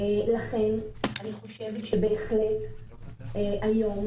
לכן אני חושבת שבהחלט היום,